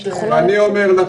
אני אומר לך,